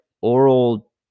oral